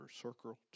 Circle